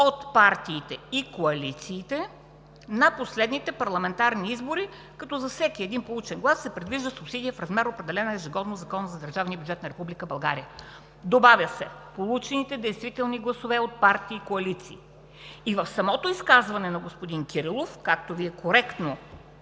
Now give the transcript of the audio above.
от партиите и коалициите, на последните парламентарни избори, като за всеки един получен глас се предвижда субсидия в размер, определен ежегодно в Закона за държавния бюджет на Република България“. Добавя се „получените действителни гласове от партии и коалиции“. В самото си изказване господин Кирилов, както Вие тук коректно